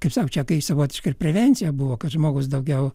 kaip sako čia kai savotiška ir prevencija buvo kad žmogus daugiau